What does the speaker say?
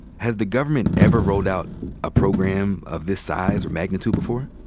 has the government ever rolled out a program of this size or magnitude before?